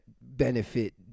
benefit